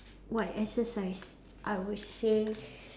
what exercise I would say